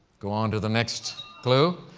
go on to the next clue.